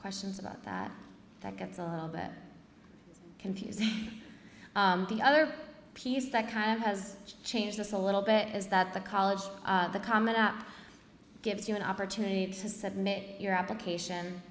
questions about that that gets a little bit it's confusing the other piece that kind of has changed this a little bit is that the college the comment gives you an opportunity to submit your application